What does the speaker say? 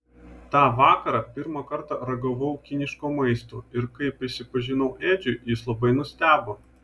tą vakarą pirmą kartą ragavau kiniško maisto ir kai prisipažinau edžiui jis labai nustebo